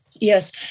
Yes